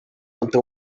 ante